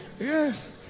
Yes